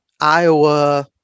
Iowa